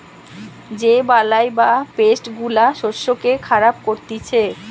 যে বালাই বা পেস্ট গুলা শস্যকে খারাপ করতিছে